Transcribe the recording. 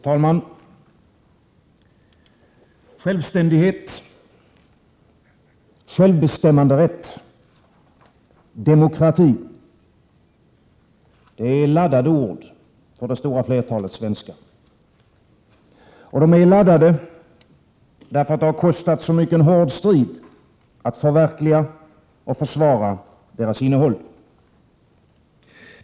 Fru talman! Självständighet, självbestämmanderätt, demokrati — det är laddade ord för det stora flertalet svenskar. De är laddade därför att det har kostat så mycken hård strid att förverkliga och försvara deras innehåll.